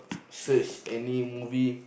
search any movie